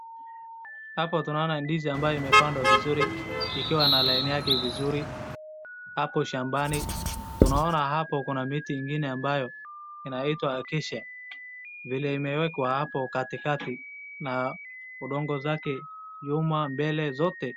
Hapa tunaona ndizi ambayo imepandwa vizuri ikiwa na laini yake hapo shambani. Tunaona hapo kuna miti ambayo inaitwa kiche vile imewekwa hapo katikati na udongo zake mbele, nyuma zote.